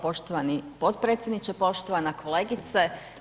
Poštovani potpredsjedniče, poštovana kolegice.